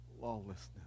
lawlessness